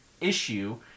issue